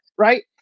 Right